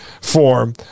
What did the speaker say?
form